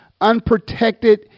unprotected